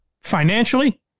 financially